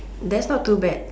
that's not too bad